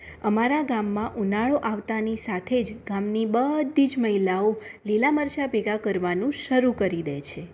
અમારા ગામમાં ઉનાળો આવતાંની સાથે જ ગામની બધી જ મહિલાઓ લીલા મરચા ભેગા કરવાનું શરૂ કરી દે છે